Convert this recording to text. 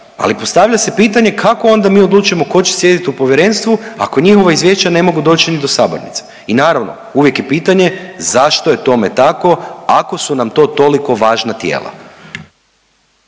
Ali postavlja se pitanje kako onda mi odlučujemo tko će sjediti u povjerenstvu ako njihova izvješća ne mogu doći ni do sabornice. I naravno uvijek je pitanje zašto je tome tako ako su nam to toliko važna tijela.